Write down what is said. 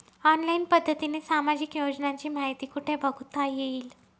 Online पद्धतीने सामाजिक योजनांची माहिती कुठे बघता येईल?